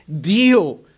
deal